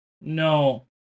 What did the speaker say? No